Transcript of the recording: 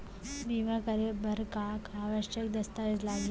बीमा करे बर का का आवश्यक दस्तावेज लागही